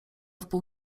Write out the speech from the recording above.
wpół